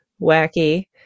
wacky